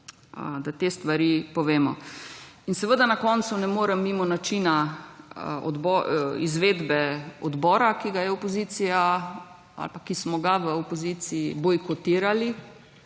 da te stvari povemo. In seveda na koncu ne morem mimo načina izvedbe odbora, ki ga je opozicija ali pa, ki smo ga v opoziciji bojkotirali